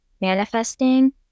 manifesting